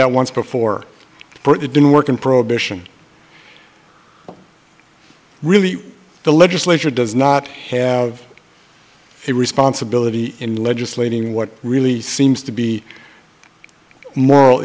that once before but it didn't work in prohibition really the legislature does not have a responsibility in legislating what really seems to be a moral